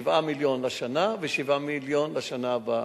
7 מיליון השנה ו-7 מיליון לשנה הבאה.